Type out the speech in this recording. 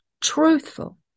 Truthful